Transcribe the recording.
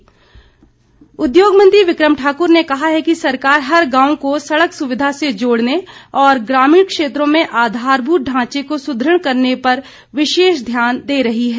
बिक्रम ठाकूर उद्योग मंत्री बिक्रम ठाकुर ने कहा है कि सरकार हर गांव को सड़क सुविधा से जोड़ने और ग्रामीण क्षेत्रों में आधारभूत ढांचे को सुदृढ़ करने पर विशेष ध्यान दे रही है